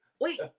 wait